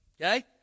okay